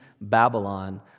Babylon